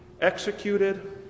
executed